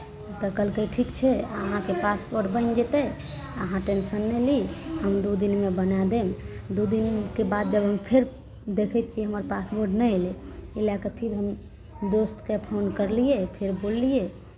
तऽ कहलकै ठीक छै अहाँ से पासपोर्ट बनि जेतै अहाँ टेन्शन नहि ली हम दू दिनमे बना देब दू दिनके बाद जब हम फेर देखै छियै हमर पासपोर्ट नहि अयलै एहि लऽ कऽ फेर हम दोस्तकेँ फोन करलियै फेर बोललियै